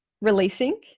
releasing